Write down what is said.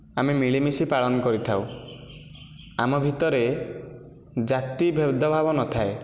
ଆମେ ମିଳିମିଶି ପାଳନ କରିଥାଉ ଆମ ଭିତରେ ଜାତି ଭେଦଭାବ ନଥାଏ